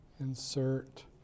Insert